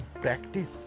practice